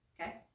Okay